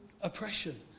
oppression